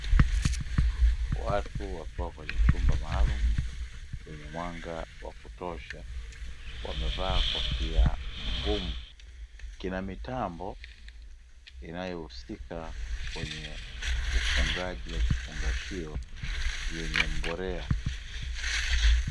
Watu wakiwa kwenye chumba maalumu chenye mwanga wa kutosha wamevaa kofia ngumu, kina mitambo inayohusika kwenye ufugaji wa vifungashio vyenye mbolea.